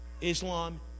Islam